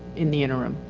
in the interim.